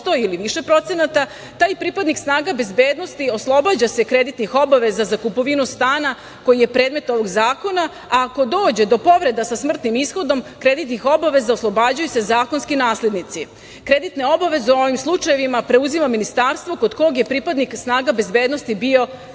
ili više procenata, taj pripadnik snaga bezbednosti oslobađa se kreditnih obaveza za kupovinu stana koji je predmet ovog zakona, a ako dođe do povrede sa smrtnim ishodom, kreditnih obaveza oslobađaju se zakonski naslednici. Kreditne obaveze u ovim slučajevima preuzima ministarstvo kod kog je pripadnik snaga bezbednosti bio